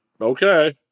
okay